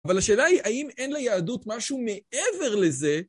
אבל השאלה היא, האם אין ליהדות משהו מעבר לזה?